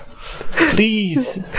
Please